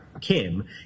Kim